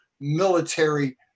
military